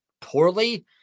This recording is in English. poorly